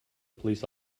police